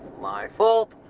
my fault.